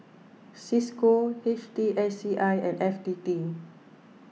Cisco H T S C I and F T T